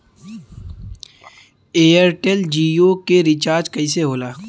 Airtel Jio के recharge कैसे होला?